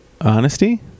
Honesty